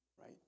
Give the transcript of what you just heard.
right